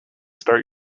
start